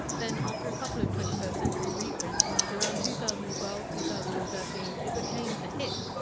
then after a couple of twenty first century reprints, around two thousand and twelve, two thousand and thirteen, it became a hit.